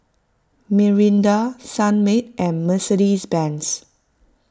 Mirinda Sunmaid and Mercedes Benz